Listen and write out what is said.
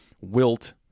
Wilt